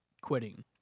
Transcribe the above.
quitting